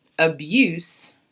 abuse